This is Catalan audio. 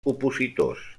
opositors